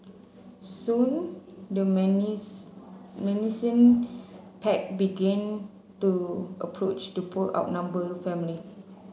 soon the menacing pack began to approach the poor outnumbered family